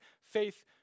Faith